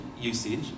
usage